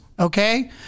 Okay